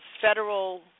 federal